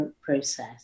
process